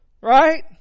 Right